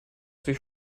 sich